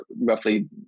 roughly